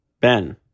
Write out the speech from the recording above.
Ben